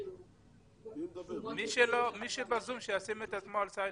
מדברים על תוכנית התעסוקה.